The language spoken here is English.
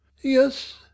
Yes